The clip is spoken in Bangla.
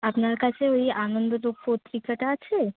আপনার কাছে ওই আনন্দদূত পত্রিকাটা আছে